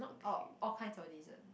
orh all kinds of dessert